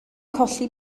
colli